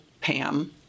Pam